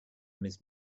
miss